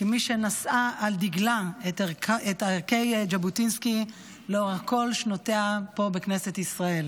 כמי שנשאה על דגלה את ערכי ז'בוטינסקי לאורך כל שנותיה פה בכנסת ישראל,